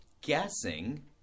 guessing